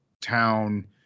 town